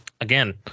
Again